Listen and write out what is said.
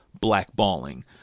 blackballing